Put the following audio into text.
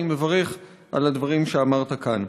ואני מברך על הדברים שאמרת כאן.